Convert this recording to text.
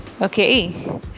Okay